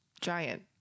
giant